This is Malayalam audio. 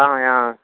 ആ ആ